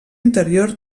interior